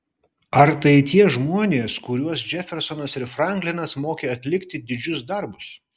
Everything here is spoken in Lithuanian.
ar tai tie žmonės kuriuos džefersonas ir franklinas mokė atlikti didžius darbus